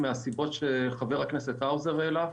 מהסיבות שהעלה חבר הכנסת האוזר,